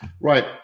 Right